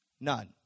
None